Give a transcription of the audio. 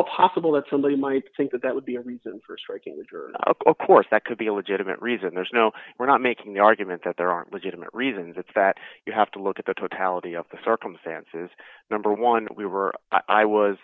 all possible that somebody might think that that would be a reason for striking a course that could be a legitimate reason there's no we're not making the argument that there aren't legitimate reasons it's that you have to look at the totality of the circumstances number one we were i was